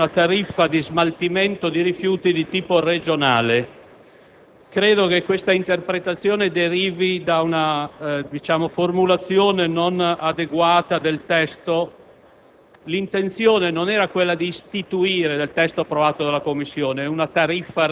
e richiamavano, in particolare, una critica a una tariffa di smaltimento di rifiuti di tipo regionale. Credo che questa interpretazione derivi da una formulazione non adeguata del testo